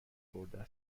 خورده